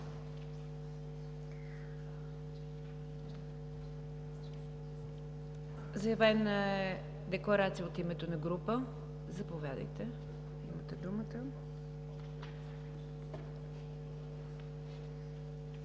Заявена е декларация от името на група. Заповядайте, имате думата.